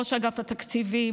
ראש אגף התקציבים,